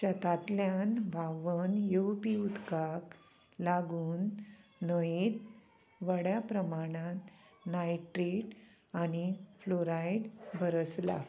शेतांतल्यान व्हांवन येवपी उदकाक लागून न्हंयेंत व्हड्या प्रमाणांत नायट्रेट आनी फ्लोरायड भरसला